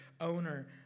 owner